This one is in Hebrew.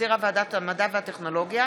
שהחזירה ועדת המדע והטכנולוגיה.